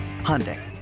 Hyundai